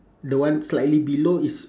the one slightly below is